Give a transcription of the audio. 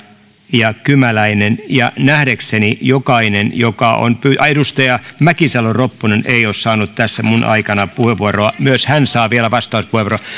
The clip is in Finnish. ja kymäläinen ja nähdäkseni jokainen joka on pyytänyt ai edustaja mäkisalo ropponen ei ole saanut tässä minun aikanani puheenvuoroa myös hän saa vielä vastauspuheenvuoron